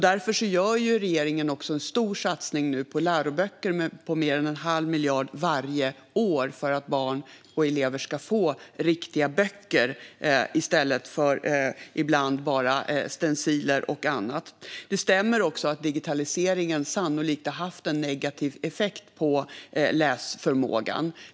Därför gör regeringen nu också en stor satsning på läroböcker med mer än en halv miljard varje år för att barn och elever ska få riktiga böcker i stället för att ibland bara ha stenciler och annat. Det stämmer också att digitaliseringen sannolikt har haft en negativ effekt på läsförmågan.